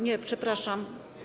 Nie, przepraszam.